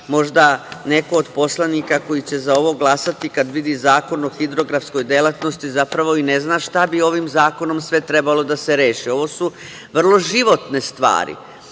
možda neko od poslanika koji će za ovo glasati, kada vidi Zakon o hidrografskoj delatnosti, zapravo i ne zna šta bi ovim zakonom sve trebalo da se reši. Ovo su vrlo životne stvari